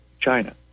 China